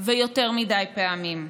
יותר מדי פעמים.